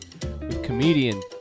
comedian